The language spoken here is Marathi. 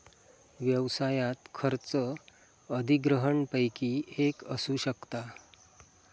व्यवसायात खर्च अधिग्रहणपैकी एक असू शकता